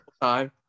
time